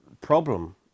problem